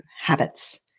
habits